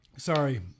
Sorry